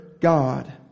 God